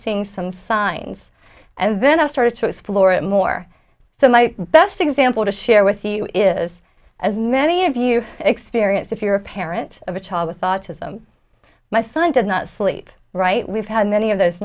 seeing some signs and then i started to explore it more so my best example to share with you is as many of you experience if you're a parent of a child with autism my son did not sleep right we've had many of those